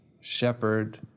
shepherd